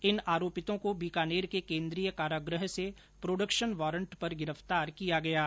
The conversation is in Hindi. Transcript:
इन आरोपियों को बीकानेर के केन्द्रीय कारागृह से प्रोडक्शन वारंट पर गिरफ्तार किया गया है